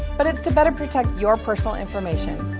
but it's to better protect your personal information.